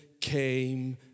came